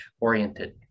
oriented